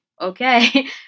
okay